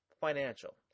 financial